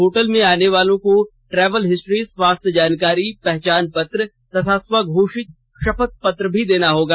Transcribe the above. hotel में आने वालों को ट्रैवल हिस्ट्री स्वास्थ्य जानकारी पहचान पत्र तथा स्वघोषित शपथ पत्र भी देना होगा